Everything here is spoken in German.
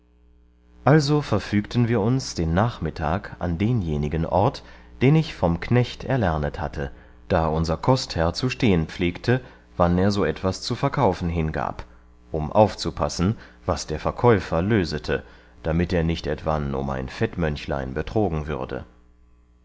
also verfügten wir uns den nachmittag an denjenigen ort den ich vom knecht erlernet hatte da unser kostherr zu stehen pflegte wann er so etwas zu verkaufen hingab um aufzupassen was der verkäufer lösete damit er nicht etwan um ein fettmönchlein betrogen würde